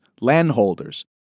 landholders